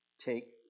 take